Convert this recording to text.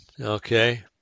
Okay